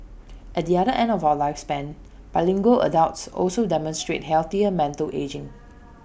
at the other end of our lifespan bilingual adults also demonstrate healthier mental ageing